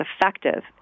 effective